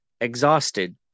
exhausted